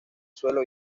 suelo